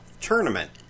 tournament